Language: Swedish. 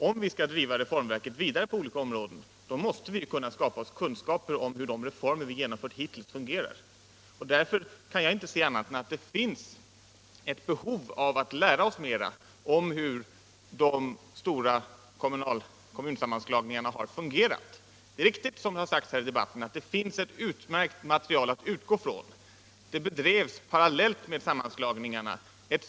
Om vi skall driva reformverket vidare på olika områden, så måste vi kunna skaffa oss kunskaper om hur de reformer vi genomfört hittills fungerar. Därför kan jag inte se annat än att vi har ett behov av att lära oss mera om hur de stora kommunsammanslagningarna har fungerat. Det är riktigt, som har sagts här i debatten, att det finns ett utmärkt material att utgå från. Ett stort forskningsarbete bedrevs parallellt med sammanslagningarna.